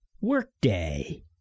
Workday